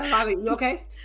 okay